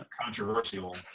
Controversial